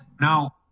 now